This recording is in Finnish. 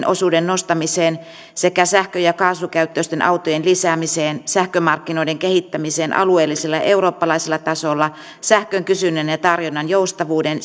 osuuden nostamiseen sekä sähkö ja kaasukäyttöisten autojen lisäämiseen sähkömarkkinoiden kehittämiseen alueellisella ja eurooppalaisella tasolla sähkön kysynnän ja tarjonnan joustavuuden